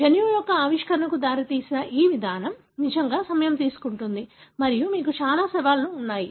జన్యువు యొక్క ఆవిష్కరణకు దారితీసిన ఈ విధానం నిజంగా సమయం తీసుకుంటుంది మరియు మీకు చాలా సవాళ్లు ఉన్నాయి